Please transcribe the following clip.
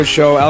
Show